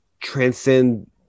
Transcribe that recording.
transcend